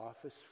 office